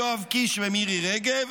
יואב קיש ומירי רגב,